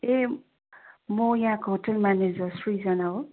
ए म यहाँको hotel manager Srijana हो